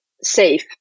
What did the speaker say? safe